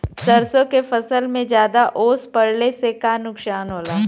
सरसों के फसल मे ज्यादा ओस पड़ले से का नुकसान होला?